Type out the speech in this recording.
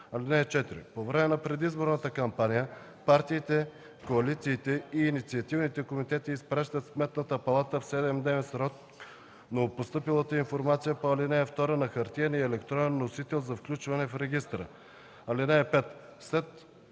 (4) По време на предизборната кампания партиите, коалициите и инициативните комитети изпращат на Сметната палата в 7-дневен срок новопостъпилата информация по ал. 2 на хартиен и електронен носител за включване в регистъра. (5) След